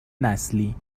نسلی